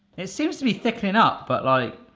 it seems to be thickenin' up but like.